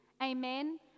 Amen